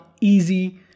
easy